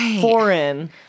foreign